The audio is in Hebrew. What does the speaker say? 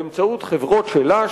באמצעות חברות שלה,